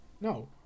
No